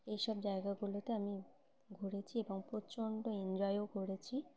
এইসব জায়গাগুলোতে আমি ঘুরেছি এবং প্রচণ্ড এনজয়ও করেছি